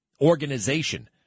organization